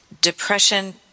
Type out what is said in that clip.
depression